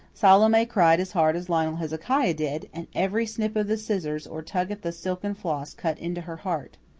salome cried as hard as lionel hezekiah did, and every snip of the scissors or tug at the silken floss cut into her heart.